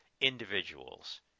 individuals